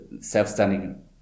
self-standing